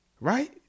right